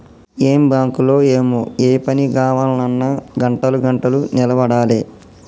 ఏం బాంకులో ఏమో, ఏ పని గావాల్నన్నా గంటలు గంటలు నిలవడాలె